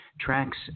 tracks